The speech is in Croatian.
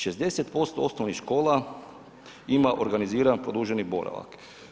60% osnovnih škola ima organiziran produženi boravak.